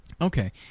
Okay